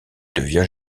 devient